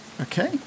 Okay